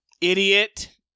Idiot